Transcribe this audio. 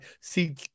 See